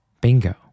bingo